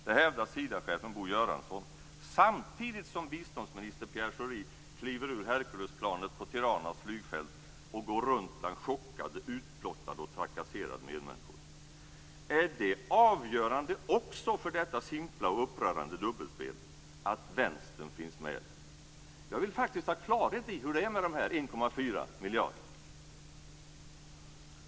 Det hävdar Sidachefen Bo Göransson; detta, samtidigt som biståndsminister Pierre Schori kliver ur Herculesplanet på Tiranas flygfält och går runt bland chockade, utblottade och trakasserade medmänniskor. Är det avgörande också för detta simpla och upprörande dubbelspel att Vänstern finns med? Jag vill faktiskt ha klarhet i hur det är med de 1,4 miljarderna.